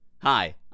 Hi